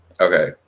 Okay